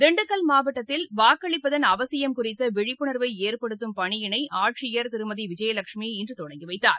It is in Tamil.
திண்டுக்கல் மாவட்டத்தில் வாக்களிப்பதன் அவசியம் குறித்தவிழிப்புணர்வைஏற்படுத்தும் பணியினைஆட்சியர் திருமதிவிஜயலட்சுமி இன்றுதொடங்கிவைத்தார்